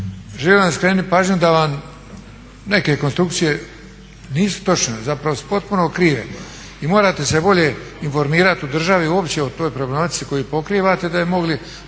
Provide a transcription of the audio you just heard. Želim vam skrenut pažnju da vam neke konstrukcije nisu točne, zapravo su potpuno krive i morate se bolje informirat u državi uopće o toj problematici koju pokrivate da bi mogli